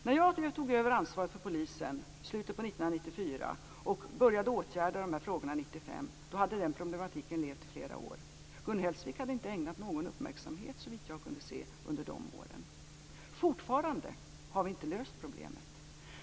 När jag tog över ansvaret för polisen i slutet av 1994 och började åtgärda dessa frågor 1995 då hade den problematiken funnits i flera år. Gun Hellsvik hade inte ägnat någon uppmärksamhet åt detta, såvitt jag kunde se, under de åren. Fortfarande har vi inte löst problemet.